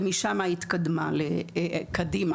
ומשם היא התקדמה קדימה.